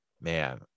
Man